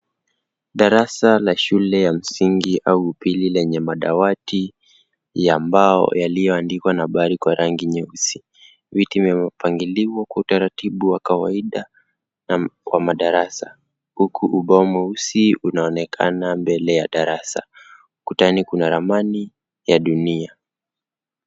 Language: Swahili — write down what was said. Darasa la shule ya msingi au upili lenye madawati ya mbao yaliyoandikwa nambari kwa rangi nyeusi. Viti vimepangiliwa kwa utaratibu wa kawaida na wa madarasa. Huku ubao mweusi unaonekana mbele ya darasa. Kutani kuna ramani ya dunia.